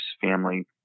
family